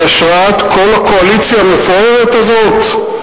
בהשראת כל הקואליציה המפוארת הזאת,